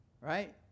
right